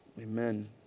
Amen